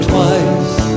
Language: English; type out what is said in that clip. twice